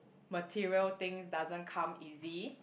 material thing doesn't come easy